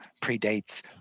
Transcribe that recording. predates